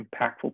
impactful